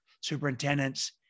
superintendents